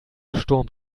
sturm